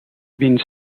been